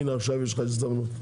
עכשיו יש לך הזדמנות.